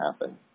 happen